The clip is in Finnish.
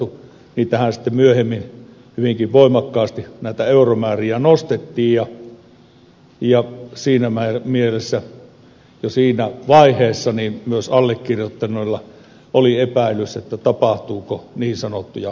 näitä euromääriä sitten myöhemmin hyvinkin voimakkaasti nostettiin ja siinä mielessä jo siinä vaiheessa myös allekirjoittaneella oli epäilys siitä tapahtuuko niin sanottuja oikeusmurhia